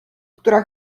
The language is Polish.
która